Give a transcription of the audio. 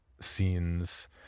scenes